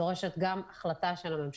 דורשת גם החלטה של הממשלה.